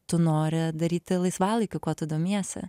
tu nori daryti laisvalaikiu kuo tu domiesi